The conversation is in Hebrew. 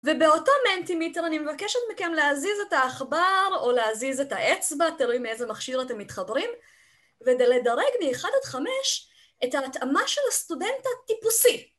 ובאותה מנטי מיטר אני מבקשת מכם להזיז את העכבר או להזיז את האצבע, תלוי מאיזה מכשיר אתם מתחברים, ולדרג מ-1 עד 5 את ההתאמה של הסטודנט הטיפוסי.